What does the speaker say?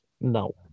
no